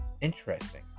interesting